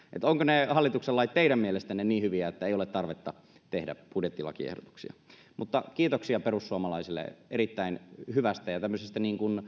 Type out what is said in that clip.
ovatko ne hallituksen lait teidän mielestänne niin hyviä että ei ole tarvetta tehdä budjettilakiehdotuksia mutta kiitoksia perussuomalaisille erittäin hyvästä tämmöisestä